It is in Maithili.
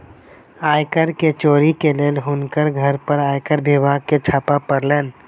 आय कर के चोरी के लेल हुनकर घर पर आयकर विभाग के छापा पड़लैन